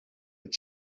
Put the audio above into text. but